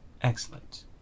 Excellent